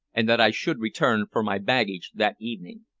and that i should return for my baggage that evening.